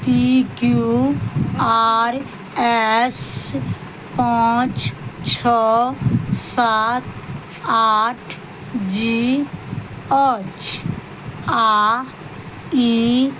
पी Q R S पाँच छओ सात आठ जी अछि आ ई